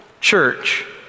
church